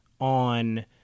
on